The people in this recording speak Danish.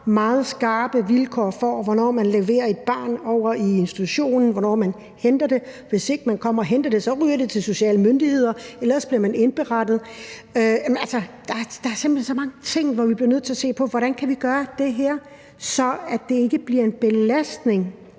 meget skarpe vilkår for, hvornår man leverer et barn over i institutionen, hvornår man henter det, og hvis ikke man kommer og henter det, ryger det til de sociale myndigheder, og ellers bliver man indberettet. Altså, der er simpelt hen så mange ting, hvor vi bliver nødt til at se på, hvordan vi kan gøre det her, så det ikke bliver en belastning